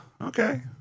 Okay